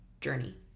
journey